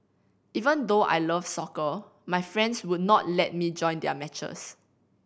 even though I love soccer my friends would not let me join their matches